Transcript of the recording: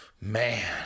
Man